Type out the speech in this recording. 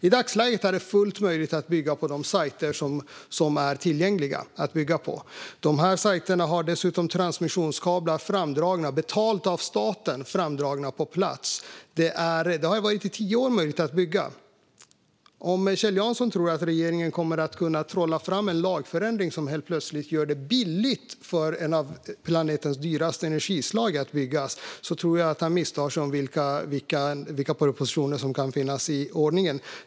I dagsläget är det fullt möjligt att bygga på de siter som är tillgängliga. Dessa siter har dessutom framdragna koncessionskablar. De är betalda av staten och finns på plats. Det har varit möjligt att bygga i tio år. Om Kjell Jansson tror att regeringen kommer att kunna trolla fram en lagförändring som helt plötsligt gör det billigt att bygga ett av planetens dyraste energislag misstar han sig nog om vilka propositioner som finns på lut.